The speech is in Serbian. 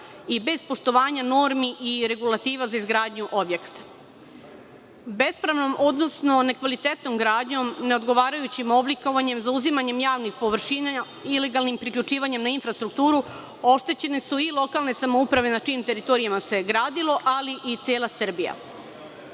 i bez poštovanja normi i regulativa za izgradnju objekata. Bespravnom, odnosno nekvalitetnom gradnjom, neodgovarajućim oblikovanjem, zauzimanjem javnim površina, ilegalnim priključivanjem na infrastrukturu, oštećene su i lokalne samouprave na čijim teritorijama se gradilo, ali i cela